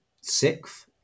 sixth